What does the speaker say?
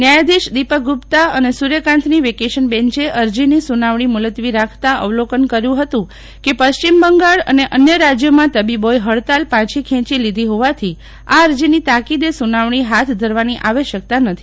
ન્યાયાધિશ દીપક ગુપ્તા અને સુર્યકાંતની વેકેશન બેંચે અરજીની સુનાવજી મુલત્વી રાખતાં અવલોન કર્યું હતું કે પશ્ચિમ બંગાળ અને અન્ય રાજ્યોમાં તબીબોએ હડતાલ પાછી ખેંચી લીધી હોવાથી આ અરજીની તાકીદે સુનાવજી હાથ ધરવાની આવશ્યકતા નથી